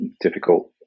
difficult